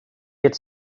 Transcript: get